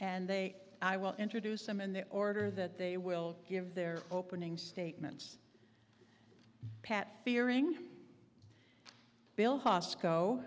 and they i will introduce them in the order that they will give their opening statements pat fearing